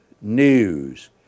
news